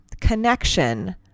connection